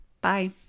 Bye